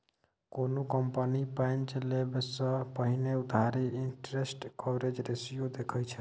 कोनो कंपनी पैंच लेबा सँ पहिने उधारी इंटरेस्ट कवरेज रेशियो देखै छै